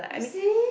you see